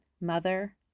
mother